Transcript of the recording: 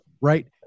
Right